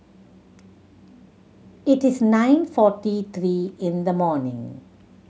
it is nine forty three in the morning